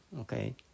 okay